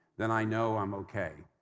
then i know i'm okay.